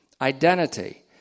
Identity